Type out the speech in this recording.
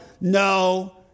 no